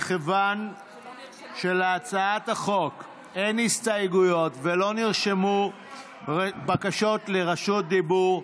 מכיוון שלהצעת החוק אין הסתייגויות ולא נרשמו בקשות לרשות דיבור,